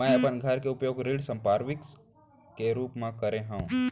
मै अपन घर के उपयोग ऋण संपार्श्विक के रूप मा करे हव